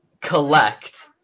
collect